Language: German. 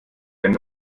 eine